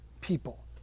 people